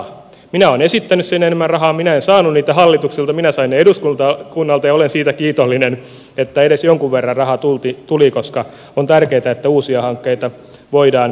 minä olen esittänyt sinne enemmän rahaa minä en saanut sitä hallitukselta minä sain eduskunnalta ja olen siitä kiitollinen että edes jonkun verran rahaa tuli koska on tärkeätä että uusia hankkeita voidaan aloittaa